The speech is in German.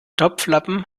topflappen